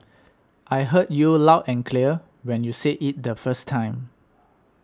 I heard you loud and clear when you said it the first time